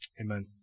Amen